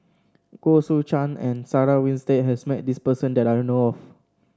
Goh Soo Chan and Sarah Winstedt has met this person that I know of